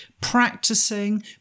practicing